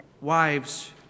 wives